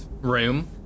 room